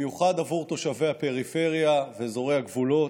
במיוחד בעבור תושבי הפריפריה ואזורי הגבולות.